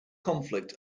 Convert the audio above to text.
conflict